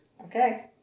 Okay